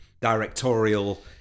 directorial